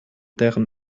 deren